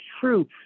true